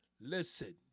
Listen